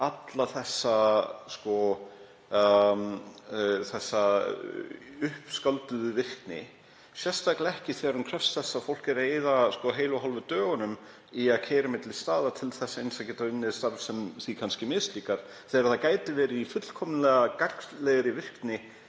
alla þessa uppskálduðu virkni, sérstaklega ekki þegar hún krefst þess að fólk sé að eyða heilu og hálfu dögunum í að keyra á milli staða til þess eins að geta unnið starf sem því kannski mislíkar þegar það gæti verið í fullkomlega gagnlegri virkni